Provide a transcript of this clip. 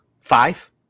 Five